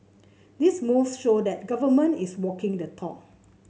these moves show that the Government is walking the talk